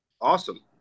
Awesome